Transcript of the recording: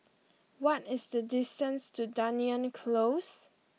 what is the distance to Dunearn Close